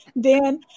Dan